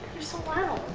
you're so loud.